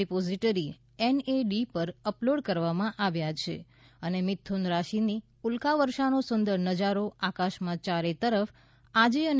depository NAD પર upload કરવામાં આવ્યા છે મિથુન રાશીની ઉલ્કા વર્ષાનો સુંદર નઝારો આકાશમાં ચારે તરફ આજે અને